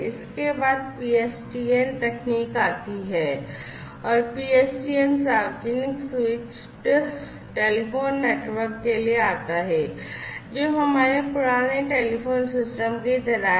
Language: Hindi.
इसके बाद PSTN तकनीक आती है और पीएसटीएन सार्वजनिक स्विचड टेलीफोन नेटवर्क के लिए आता है जो हमारे पुराने टेलीफोन सिस्टम की तरह है